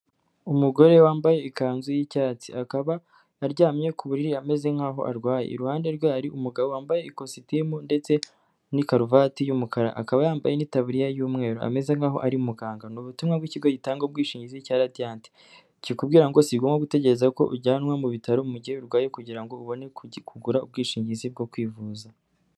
Umugore wambaye ikanzu y'icyatsi, akaba aryamye ku buriri ameze nkaho arwaye, iruhande rwe hari umugabo wambaye ikositimu ndetse n'ikaruvati y'umukara, akaba yambaye n'itabiririya y'umweru, ameze nkaho ari umuganga, ni ubutumwa bw'ikigo gitanga ubwishingizi cya radiyanti kikubwira ngo sigomba gutegereza ko ujyanwa mu bitaro mu gihe urwaye kugira ngo ubone kugura ubwishingizi bwo kwivuza.